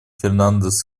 фернандес